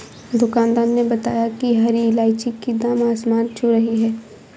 दुकानदार ने बताया कि हरी इलायची की दाम आसमान छू रही है